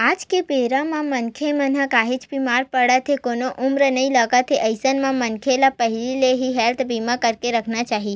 आज के बेरा म मनखे मन ह काहेच बीमार पड़त हे कोनो उमर नइ लगत हे अइसन म मनखे मन ल पहिली ले ही हेल्थ बीमा करवाके रखना चाही